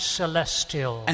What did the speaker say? celestial